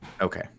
Okay